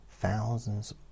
Thousands